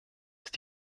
ist